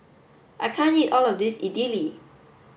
I can't eat all of this Idili